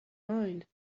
mind